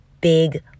big